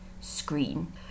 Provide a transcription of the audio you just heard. screen